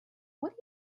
what